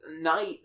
Night